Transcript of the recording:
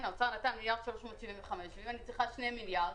האוצר נתן 1.375 מיליארד